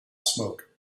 smoke